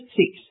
six